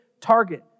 target